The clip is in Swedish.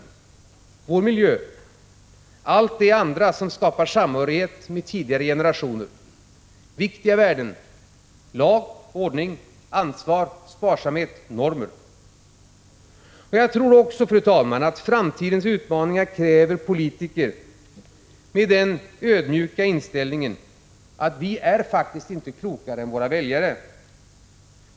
Det gäller vår miljö och allt det andra som skapar samhörighet med tidigare generationer. Det gäller viktiga värden som lag och ordning, ansvar, sparsamhet och normer. Jag tror också, fru talman, att framtidens utmaningar kräver politiker med den ödmjuka inställningen att vi faktiskt inte är klokare än våra väljare.